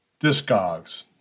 Discogs